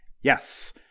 Yes